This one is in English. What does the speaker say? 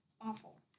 awful